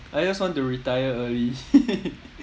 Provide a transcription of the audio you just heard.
I just want to retire early